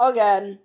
Again